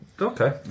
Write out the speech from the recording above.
Okay